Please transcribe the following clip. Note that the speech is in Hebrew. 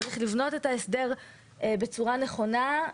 צריך לבנות את ההסדר בצורה נכונה.